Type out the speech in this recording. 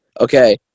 Okay